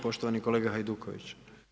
Poštovani kolega Hajduković.